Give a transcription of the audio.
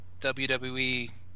WWE